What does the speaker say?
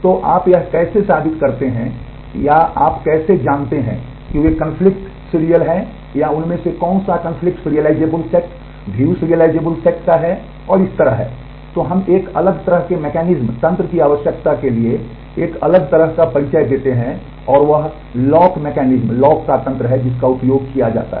तो आप यह कैसे साबित करते हैं या आप कैसे जानते हैं कि वे कन्फ्लिक्ट सिरिअल है जिसका उपयोग किया जाता है